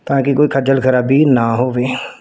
ਤਾਂ ਕਿ ਕੋਈ ਖੱਜਲ ਖਰਾਬੀ ਨਾ ਹੋਵੇ